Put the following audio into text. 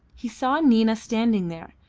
he saw nina standing there,